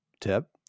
tip